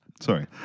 Sorry